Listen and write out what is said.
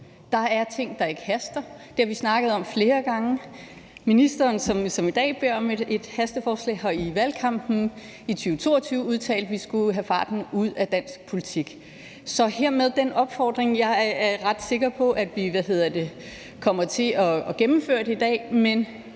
Der er ting, der ikke haster. Det har vi snakket om flere gange. Ministeren, som i dag beder om at få hastebehandlet et forslag, har i valgkampen i 2022 udtalt, at vi skulle have farten ud af dansk politik, så jeg kommer hermed med en opfordring til det. Jeg er ret sikker på, at vi kommer til at gennemføre det i dag,